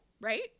right